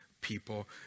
people